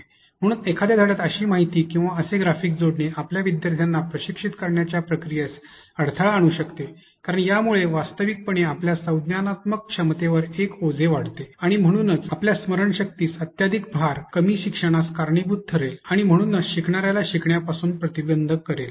म्हणून एखाद्या धड्यात अशी माहिती किंवा असे ग्राफिक जोडणे आपल्या विद्यार्थ्यांना प्रशिक्षित करण्याच्या प्रक्रियेस अडथळा आणू शकते कारण यामुळे वास्तविकपणे आपल्या संज्ञानात्मक क्षमतेवर एक ओझे वाढते आणि म्हणूनच आपल्या स्मरणशक्तीस अत्यधिक भार कमी शिक्षणास कारणीभूत ठरेल आणि म्हणूनच शिकणार्यास शिकण्यापासून प्रतिबंधित करेल